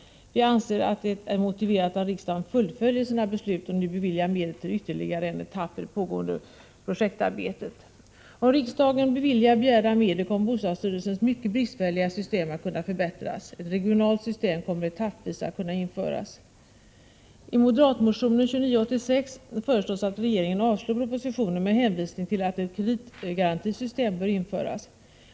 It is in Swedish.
Vi anser att det är motiverat att riksdagen fullföljer sina beslut och nu beviljar medel till ytterligare en etapp i det pågående projektarbetet. Om riksdagen beviljar begärda medel kommer bostadsstyrelsens mycket bristfälliga system att kunna förbättras. Ett regionalt system kommer att kunna införas etappvis. I moderatmotionen 2986 föreslås att riksdagen avslår propositionen med hänvisning till att ett kreditgarantisystem bör införas.